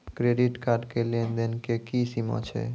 Credit card के लेन देन के की सीमा छै?